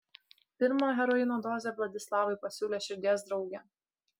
pirmą heroino dozę vladislavui pasiūlė širdies draugė